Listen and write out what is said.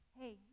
hey